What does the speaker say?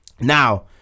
now